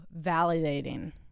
validating